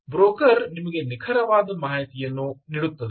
ಮತ್ತು ಬ್ರೋಕರ್ ನಿಮಗೆ ನಿಖರವಾದ ಮಾಹಿತಿಯನ್ನು ನೀಡುತ್ತದೆ